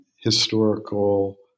historical